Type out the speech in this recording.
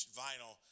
vinyl